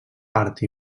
part